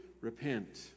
Repent